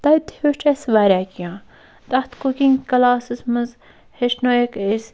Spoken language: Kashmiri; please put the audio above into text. تَتہِ ہیٚوچھ اَسہِ واریاہ کیٚنٛہہ تَتھ کُکِنٛگ کَلاسَس مَنٛز ہیٚچھنٲیِکھ أسۍ